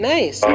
Nice